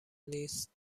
نیست